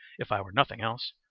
if i were nothing else,